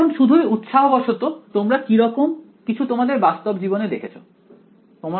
এখন শুধুই উৎসাহবসত তোমরা কি এরকম কিছু তোমাদের বাস্তব জীবনে দেখেছো